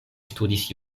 studis